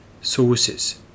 sources